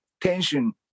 tension